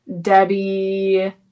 Debbie